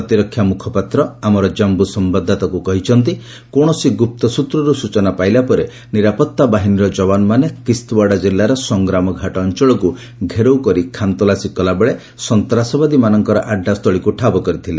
ପ୍ରତିରକ୍ଷା ମୁଖପାତ୍ର ଆମର ଜାଞ୍ଜୁ ସମ୍ଭାଦଦାତାଙ୍କୁ କହିଛନ୍ତି କୌଣସି ଗୁପ୍ତସୂତ୍ରରୁ ସୂଚନା ପାଇଲା ପରେ ନିରାପତ୍ତା ବାହିନୀର ଯବାନମାନେ କିସ୍ତୱାଡା କ୍ଷିଲ୍ଲାର ସଂଗ୍ରାମଘାଟ ଅଞ୍ଚଳକୁ ଘେରଉ କରି ଖାନତଳାସୀ କଲାବେଳେ ସନ୍ତାସବାଦୀମାନଙ୍କର ଆଡ୍ରା ସ୍ଥୁଳୀକୁ ଠାବ କରିଥିଲେ